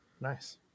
Nice